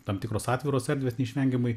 tam tikros atviros erdvės neišvengiamai